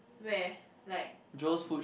where like uh